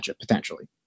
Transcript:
potentially